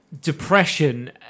depression